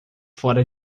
fora